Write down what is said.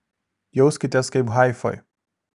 jauskitės kaip haifoj